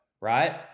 Right